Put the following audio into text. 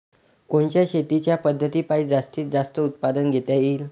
कोनच्या शेतीच्या पद्धतीपायी जास्तीत जास्त उत्पादन घेता येईल?